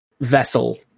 vessel